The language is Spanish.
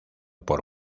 por